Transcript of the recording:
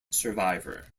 survivor